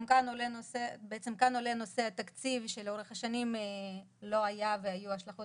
כאן עולה נושא התקציב שלאורך השנים לא היה והיו השלכות